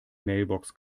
mailbox